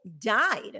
died